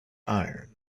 iron